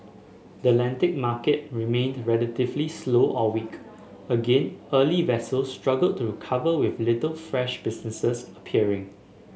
the Atlantic market remained relatively slow all week again early vessels struggled to cover with little fresh businesses appearing